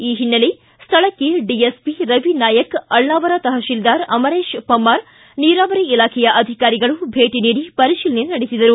ಈ ಒನ್ನೆಲೆ ಸ್ಥಳಕ್ಕೆ ಡಿಎಸ್ಪಿ ರವಿ ನಾಯ್ಕ ಅಳ್ಳಾವರ ತಪಸೀಲ್ದಾರ ಅಮರೇಶ ಪಮ್ಮಾರ ನೀರಾವರಿ ಇಲಾಖೆಯ ಅಧಿಕಾರಿಗಳು ಭೇಟಿ ನೀಡಿ ಪರಿಶೀಲನೆ ನಡೆಸಿದರು